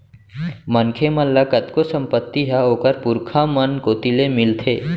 मनखे मन ल कतको संपत्ति ह ओखर पुरखा मन कोती ले मिलथे